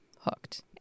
Hooked